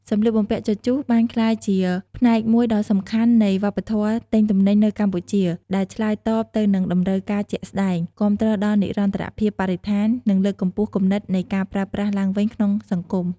សម្លៀកបំពាក់ជជុះបានក្លាយជាផ្នែកមួយដ៏សំខាន់នៃវប្បធម៌ទិញទំនិញនៅកម្ពុជា ដែលឆ្លើយតបទៅនឹងតម្រូវការជាក់ស្ដែង គាំទ្រដល់និរន្តរភាពបរិស្ថាន និងលើកកម្ពស់គំនិតនៃការប្រើប្រាស់ឡើងវិញក្នុងសង្គម។